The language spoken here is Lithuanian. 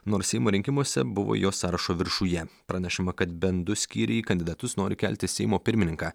nors seimo rinkimuose buvo jo sąrašo viršuje pranešama kad bent du skyriai į kandidatus nori kelti seimo pirmininką